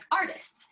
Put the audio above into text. artists